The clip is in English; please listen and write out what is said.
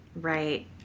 Right